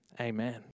Amen